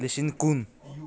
ꯂꯤꯁꯤꯡ ꯀꯨꯟ